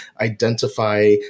identify